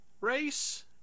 race